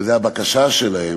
וזו הבקשה שלהם,